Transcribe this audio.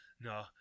No